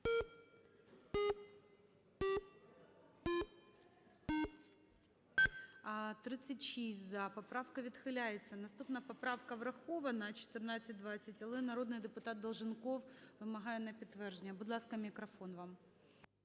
За-36 Поправка відхиляється. Наступна поправка врахована 1420, але народний депутат Долженков вимагає на підтвердження. Будь ласка, мікрофон вам.